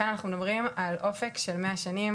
כאן אנחנו מדברים על אופק של מאה שנים,